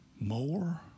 more